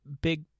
big